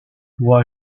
pour